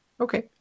Okay